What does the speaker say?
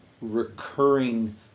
recurring